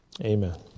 Amen